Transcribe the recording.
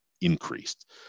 increased